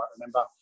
remember